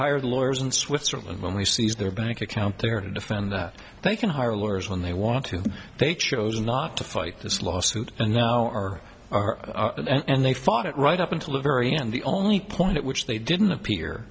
hired lawyers in switzerland when we seized their bank account there to defend that they can hire lawyers when they want to they chose not to fight this lawsuit and now are our own and they fought it right up until the very end the only point at which they didn't appear